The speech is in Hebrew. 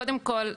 קודם כל,